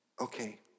okay